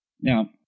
Now